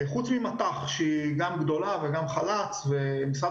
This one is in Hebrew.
חוץ ממט"ח שהיא גם גדולה וגם חל"צ ומשרד